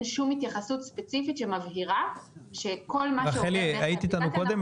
שום התייחסות ספציפית שמבהירה שכל מה --- רחלי את היית איתנו קודם?